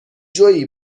جویی